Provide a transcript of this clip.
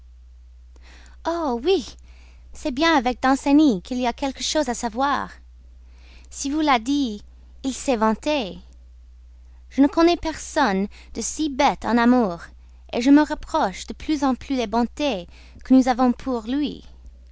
oh oui c'est bien avec danceny qu'il y a quelque chose à savoir s'il vous l'a dit il s'est vanté je ne connais personne de si bête en amour je me reproche de plus en plus les bontés que nous avons pour lui